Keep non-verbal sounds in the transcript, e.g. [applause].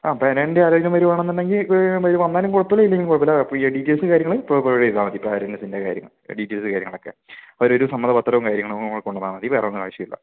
ആ പാരൻറ്റ് ആരെങ്കിലും വരുവാണെന്നുണ്ടെങ്കിൽ വന്നാലും കുഴപ്പമില്ല ഇല്ലങ്കിലും കുഴപ്പമില്ല ഡീറ്റെയിൽസ് കാര്യങ്ങളും ഇപ്പം പ്രൊവൈഡ് ചെയ്യുന്നതാണ് [unintelligible] ഡീറ്റെയിൽസ് കാര്യങ്ങളൊക്കെ അവരൊരു സമ്മതപത്രം കാര്യങ്ങളും കൂടി കൊണ്ട് വന്നാൽ മതി വേറൊന്നും ആവശ്യമില്ല